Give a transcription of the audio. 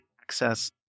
access